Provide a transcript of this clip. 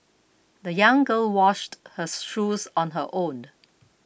the young girl washed her shoes on her own